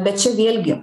bet čia vėlgi